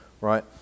right